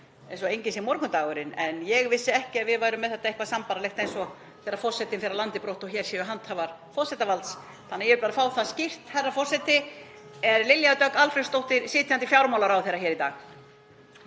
eins og enginn sé morgundagurinn, en ég vissi ekki að við værum með þetta eitthvað sambærilegt eins og þegar forsetinn fer af landi brott og hér eru handhafar forsetavalds. Þannig að ég vil bara fá það skýrt, herra forseti: Er Lilja Dögg Alfreðsdóttir sitjandi fjármálaráðherra hér í dag?